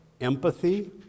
empathy